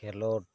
ᱠᱷᱮᱞᱳᱰ